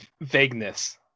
vagueness